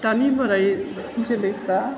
दानि बोराय जोलैफ्रा